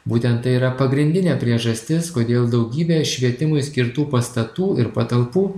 būtent tai yra pagrindinė priežastis kodėl daugybė švietimui skirtų pastatų ir patalpų